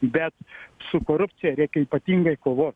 bet su korupcija reikia ypatingai kovot